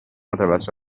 attraverso